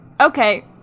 Okay